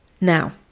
Now